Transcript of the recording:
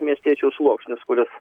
miestiečių sluoksnius kuris